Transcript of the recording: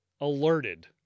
alerted